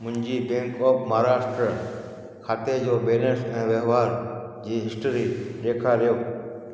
मुंहिंजी bank of Maharashtra खाते जो बैलेंस ऐं वहिंवार जी हिस्ट्री ॾेखारियो